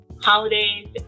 holidays